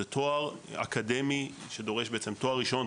זה תואר אקדמי שדורש תואר ראשון,